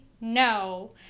no